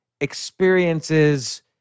experiences